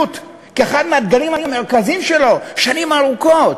כאחד מהדגלים המרכזיים שלו שנים ארוכות,